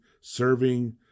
serving